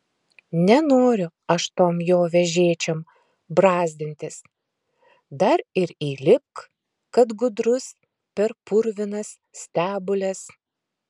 nenoriu aš tom jo vežėčiom brazdintis dar ir įlipk kad gudrus per purvinas stebules